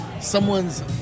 someone's